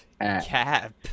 Cap